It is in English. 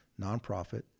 nonprofit